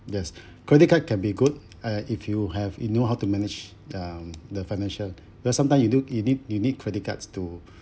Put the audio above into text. yes credit card can be good uh if you have you know how to manage uh the financial because sometime you do you need you need credit cards to